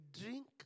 drink